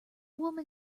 woman